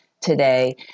today